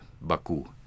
Baku